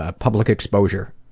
ah public exposure,